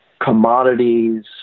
commodities